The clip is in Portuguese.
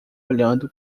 olhando